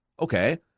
Okay